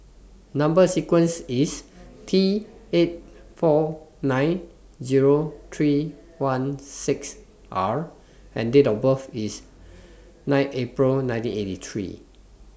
Number sequence IS T eight four nine Zero three one six R and Date of birth IS nine April nineteen eighty three